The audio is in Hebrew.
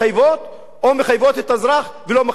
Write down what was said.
או מחייבות את האזרח ולא מחייבות את הממשלה?